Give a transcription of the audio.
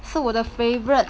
是我的 favourite